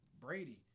Brady